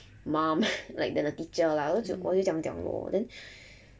mum like the the teacher lah 我就我就讲 lor then